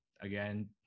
Again